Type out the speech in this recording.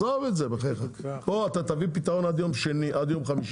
פה אתה תביא פתרון עד יום חמישי.